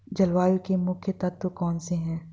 जलवायु के मुख्य तत्व कौनसे हैं?